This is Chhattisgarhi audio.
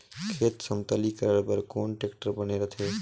खेत समतलीकरण बर कौन टेक्टर बने रथे?